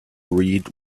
read